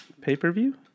Pay-per-view